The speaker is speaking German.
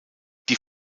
die